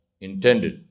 intended